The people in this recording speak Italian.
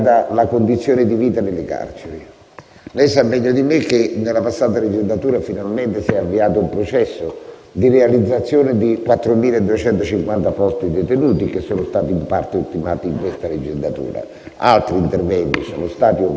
Lei sa meglio di me che nella passata legislatura finalmente è stato avviato un processo di realizzazione di 4.250 posti detenuti, che sono stati in parte ultimati in questa legislatura, mentre altri interventi sono stati operati dal suo Governo,